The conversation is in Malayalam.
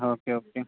ആ ഓക്കെ ഓക്കെ